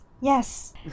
yes